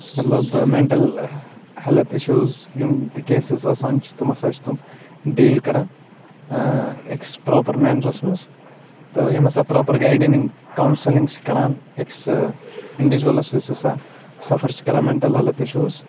مطلب mental health issues یِم تہِ کیسِز آسان چھِ تِم ہسا چھِ تِم ڈیٖل کران أکِس پراپر مینرَس منٛز تہِ یِم ہسا پراپر گایڈِنِگ کونسِلِنگ چھِ کران أکس اِنڈِجوَلس یُس ہسا سَفر چھُ کران مینٹل ہیٚلٕتھ اِشوٗ